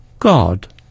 God